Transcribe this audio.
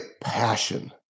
passion